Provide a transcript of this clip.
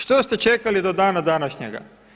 Što ste čekali do dana današnjega?